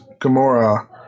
Gamora